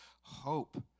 Hope